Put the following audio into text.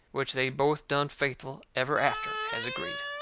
which they both done faithful ever after, as agreed.